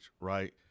Right